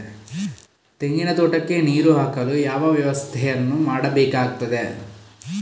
ತೆಂಗಿನ ತೋಟಕ್ಕೆ ನೀರು ಹಾಕಲು ಯಾವ ವ್ಯವಸ್ಥೆಯನ್ನು ಮಾಡಬೇಕಾಗ್ತದೆ?